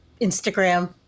Instagram